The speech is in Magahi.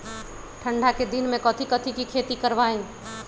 ठंडा के दिन में कथी कथी की खेती करवाई?